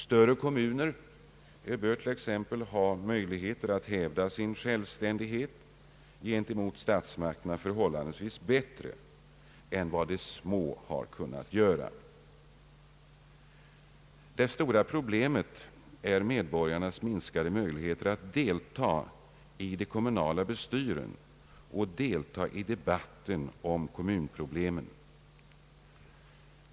Större kommuner bör t.ex. ha möjligheter att hävda sin självständighet gentemot statsmakterna förhållandevis bättre än vad de små har kunnat göra. Det stora problemet är medborgarnas minskade möjligheter att delta i de kommunala bestyren och delta i debatten om kommunproblemen.